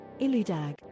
Iludag